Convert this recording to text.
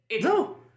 No